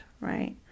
right